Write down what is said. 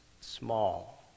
small